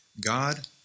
God